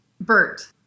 Bert